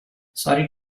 sorry